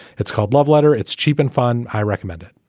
it's called love letter. it's cheap and fun. i recommended.